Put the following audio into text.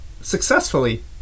successfully